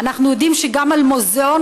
אנחנו יודעים שהיום גם על מוזיאון